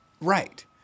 Right